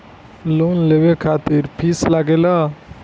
Loan लेवे खातिर fees लागेला?